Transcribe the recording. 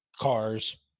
cars